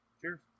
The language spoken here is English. Cheers